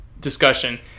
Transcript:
discussion